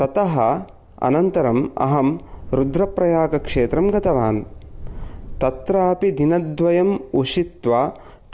ततः अनन्तरम् अहं रुद्रप्रयागक्षेत्रं गतवान् तत्रापि दिनद्वयम् उषित्वा